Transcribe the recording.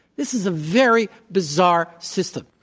this is a very bizarre system.